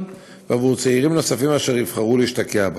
ועבור צעירים נוספים אשר יבחרו להשתקע בה.